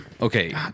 Okay